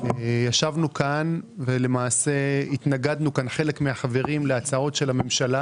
ישבנו כאן ולמעשה התנגדנו חלק מהחברים להצעות של הממשלה